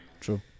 True